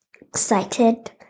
Excited